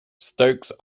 stokes